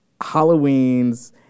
Halloweens